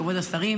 כבוד השרים,